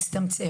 המספר הצטמצם.